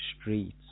streets